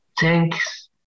thanks